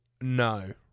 No